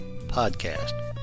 podcast